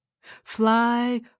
Fly